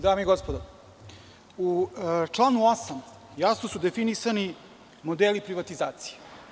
Dame i gospodo narodni poslanici, u članu 8. jasno su definisani modeli privatizacije.